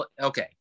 okay